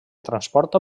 transporta